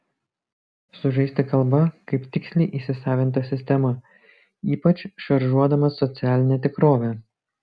sužaisti kalba kaip tiksliai įsisavinta sistema ypač šaržuodamas socialinę tikrovę